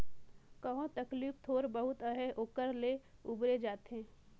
कहो तकलीफ थोर बहुत अहे ओकर ले उबेर जाथे